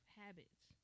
habits